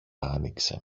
άνοιξε